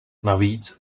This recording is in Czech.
navíc